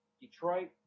detroit